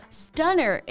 stunner